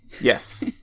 Yes